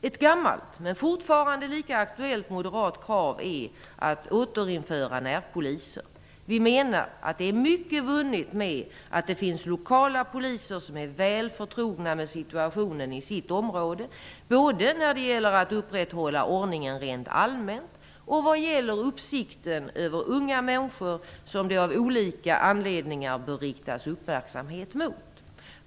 Ett gammalt men fortfarande lika aktuellt moderat krav är att återinföra närpoliser. Vi menar att mycket är vunnet med att det finns lokala poliser som är väl förtrogna med situationen inom sitt område, både när det gäller att upprätthålla ordningen rent allmänt och vad gäller uppsikten över unga människor som det av olika anledningar bör riktas uppmärksamhet mot.